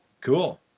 Cool